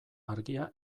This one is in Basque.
argia